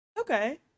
Okay